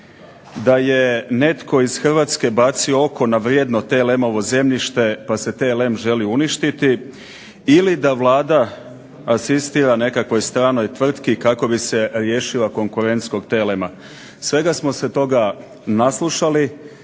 da je netko iz Hrvatske bacio oko na vrijedno TLM-ovo zemljište pa se TLM želi uništiti ili da Vlada asistira nekakvoj stranoj tvrtki kako bi se riješila konkurentskog TLM-a. Svega smo se toga naslušali,